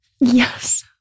Yes